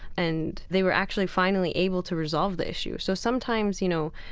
and they were actually finally able to resolve the issue. so sometimes, you know,